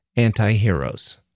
anti-heroes